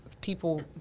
people